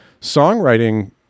songwriting